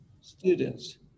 students